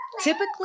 typically